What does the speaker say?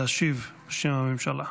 להשיב בשם הממשלה.